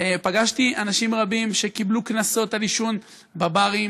פגשתי אנשים רבים שקיבלו קנסות על עישון, בברים,